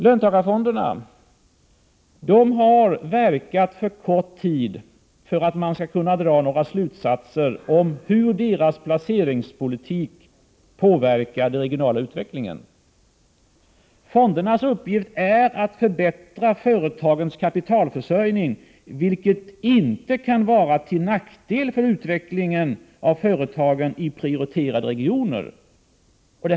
Löntagarfonderna har verkat alltför kort tid för att man skall kunna dra några slutsatser om hur deras placeringspolitik påverkar den regionala utvecklingen. Fondernas uppgift är att förbättra företagens kapitalförsörjning, vilket inte kan vara till nackdel för utvecklingen av företagen i prioriterade regioner.